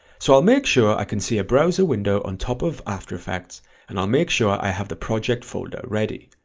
so i'll make sure i can see a browser window on top of after effects and i'll make sure i have the project folder ready.